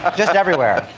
just everywhere.